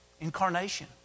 Incarnation